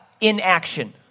inaction